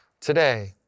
today